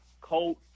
Colt